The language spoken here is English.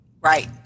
Right